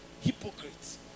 hypocrites